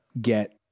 get